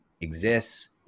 exists